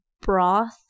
broth